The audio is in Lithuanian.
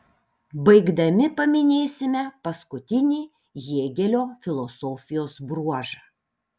baigdami paminėsime paskutinį hėgelio filosofijos bruožą